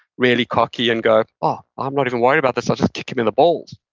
really cocky and go, oh, i'm not even worried about this. i'll just kick him in the balls,